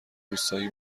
روستایی